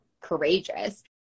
courageous